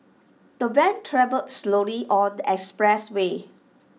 the van travelled slowly on the expressway